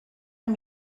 amb